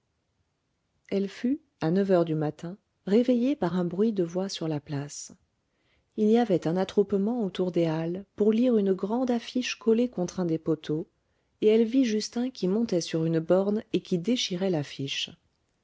elle fut à neuf heures du matin réveillée par un bruit de voix sur la place il y avait un attroupement autour des halles pour lire une grande affiche collée contre un des poteaux et elle vit justin qui montait sur une borne et qui déchirait l'affiche